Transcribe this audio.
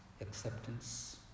acceptance